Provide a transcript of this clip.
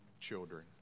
children